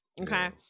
Okay